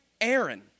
Aaron